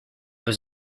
was